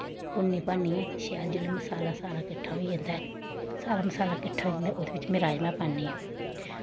भुन्नी भन्नियै शैल जेल्लै मसाला सारा किट्ठा होई जंदा ऐ सारा मसाला किट्ठा होई जंदा ओह्दे बिच्च में राजमा पान्नी आं